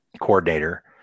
coordinator